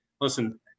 Listen